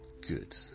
Good